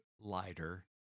lighter